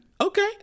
Okay